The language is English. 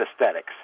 aesthetics